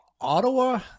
Ottawa